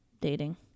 Dating